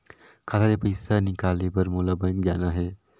खाता ले पइसा निकाले बर मोला बैंक जाना हे?